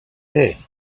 hey